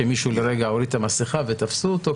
שמישהו לרגע הוריד את המסכה ותפסו אותו,